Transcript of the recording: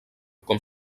com